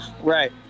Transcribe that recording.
right